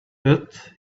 but